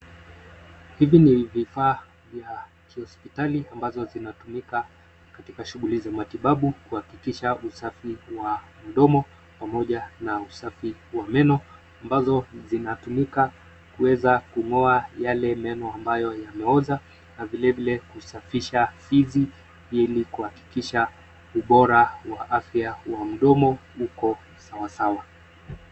Hivi ni vifaa vya kihospitali ambazo zinatumika katika shughuli za matibabu kuhakikisha usafi wa mdomo pamoja na usafi wa meno, ambazo zinatumika kuweza kung'oa yale meno ambayo yameoza na vilevile kusafisha fizi, ilikuhakikisha ubora wa afya wa mdomo uko sawasawa.